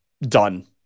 Done